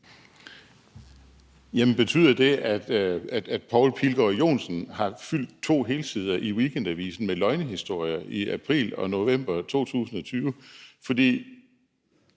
Jamen betyder det, at Poul Pilgaard Johnsen har fyldt to helsider i Weekendavisen med løgnehistorier i april og november 2020?